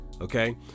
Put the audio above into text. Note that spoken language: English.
Okay